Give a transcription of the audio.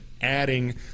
adding